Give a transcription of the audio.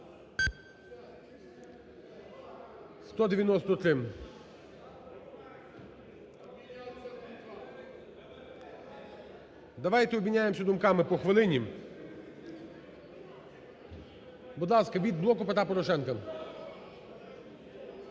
За-193 Давайте обміняємося думками по хвилині. Будь ласка, від "Блоку Петра Порошенка"